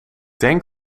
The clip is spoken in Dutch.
denk